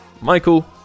Michael